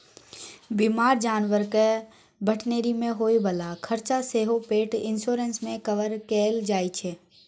बीमार जानबरक भेटनरी मे होइ बला खरचा सेहो पेट इन्स्योरेन्स मे कवर कएल जाइ छै